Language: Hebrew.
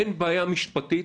אין בעיה משפטית